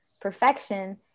perfection